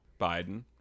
biden